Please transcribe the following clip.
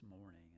morning